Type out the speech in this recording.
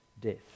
death